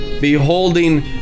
Beholding